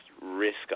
risk